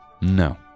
No